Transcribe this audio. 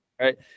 right